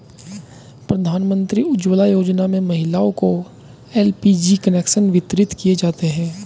प्रधानमंत्री उज्ज्वला योजना में महिलाओं को एल.पी.जी कनेक्शन वितरित किये जाते है